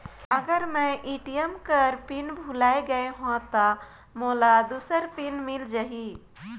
अगर मैं ए.टी.एम कर पिन भुलाये गये हो ता मोला दूसर पिन मिल जाही?